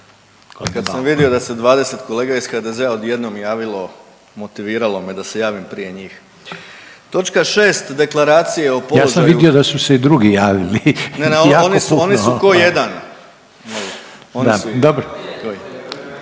Kada sam vidio da se 20 kolega iz HDZ-a odjednom javilo, motiviralo me da se javim prije njih. Točka 6. Deklaracije o položaju … …/Upadica Reiner: Ja sam vidio da su se i drugi javili jako puno./…